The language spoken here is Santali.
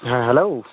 ᱦᱮᱸ ᱦᱮᱞᱳ